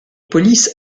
police